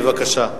בבקשה.